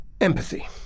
empathy